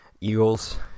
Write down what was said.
Eagles